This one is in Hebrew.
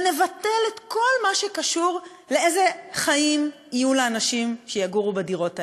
ונבטל את כל מה שקשור לאיזה חיים יהיו לאנשים שיגורו בדירות האלה.